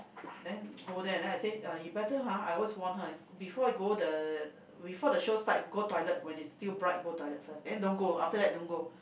then go there then I say you better !huh! I always warn her before go the before the show start go toilet when is still bright go toilet first then don't go after that don't go